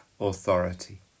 authority